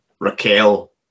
Raquel